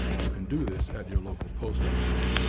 you can do this at your local post office.